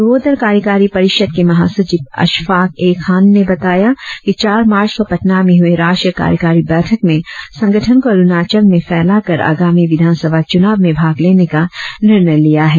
पूर्वोत्तर कार्यकारी परिषद के महा सचिव अशफाक ए खान ने बताया कि चार मार्च को पटना में हुए राष्ट्रीय कार्यकारी बैठक में संगठन को अरुणाचल मे फैलाकर आगामी विधान सभा चुनाव में भाग लेने का निर्णय लिया है